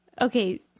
Okay